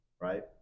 right